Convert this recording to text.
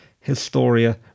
Historia